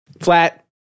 Flat